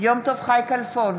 יום טוב חי כלפון,